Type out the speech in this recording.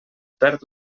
perd